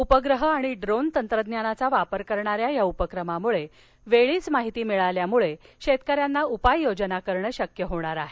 उपग्रह आणि ड्रोन तंत्रज्ञानाचा वापर करणाऱ्या या उपक्रमामुळे वेळीच माहिती मिळाल्याने शेतकऱ्यांना उपाययोजना करणे शक्य होणार आहे